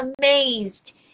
amazed